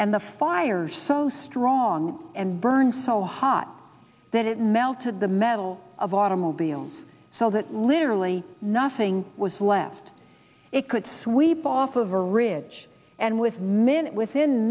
and the fires so strong and burned so hot that it melted the metal of automobiles so that literally nothing was left it could sweep off of or ridge and with minute within